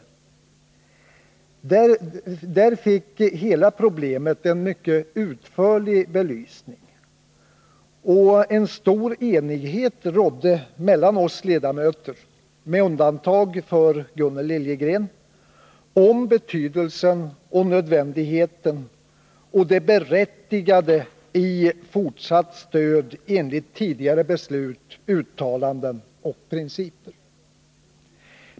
I den debatten fick hela problemet en mycket utförlig belysning, och en stor enighet rådde mellan oss ledamöter, med undantag för Gunnel Liljegren, om betydelsen och nödvändigheten av och det berättigade i fortsatt stöd enligt tidigare beslut, uttalanden och principer.